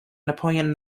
napoleon